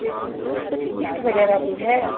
جی sir کچھ gift وغیرہ بھی ہے